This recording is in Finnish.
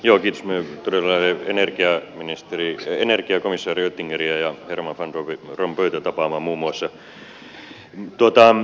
kiitos minä todella menen energiakomissaari oettingeria ja herman van rompuyta tapaamaan muun muassa